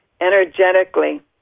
energetically